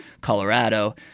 colorado